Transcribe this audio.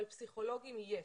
אבל פסיכולוגים יש.